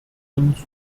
uns